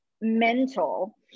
mental